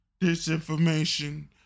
Disinformation